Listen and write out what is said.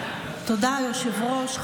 תודה, היושב-ראש.